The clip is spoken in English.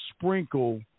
sprinkle